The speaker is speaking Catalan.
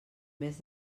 més